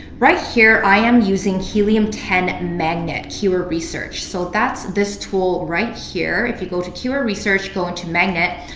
right here, i am using helium ten magnet, keyword research. so that's this tool right here. if you go to keyword research, go into magnet,